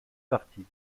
parties